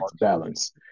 balance